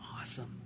awesome